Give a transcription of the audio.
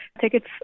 tickets